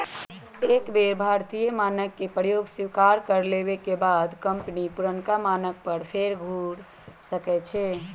एक बेर भारतीय मानक के प्रयोग स्वीकार कर लेबेके बाद कंपनी पुरनका मानक पर फेर घुर सकै छै